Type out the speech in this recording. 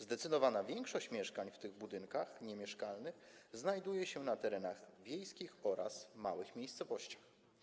Zdecydowana większość mieszkań w tych budynkach niemieszkalnych znajduje się na terenach wiejskich oraz w małych miejscowościach.